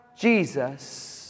Jesus